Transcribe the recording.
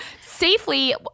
safely